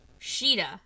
Sheeta